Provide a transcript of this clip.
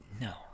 no